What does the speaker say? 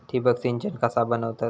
ठिबक सिंचन कसा बनवतत?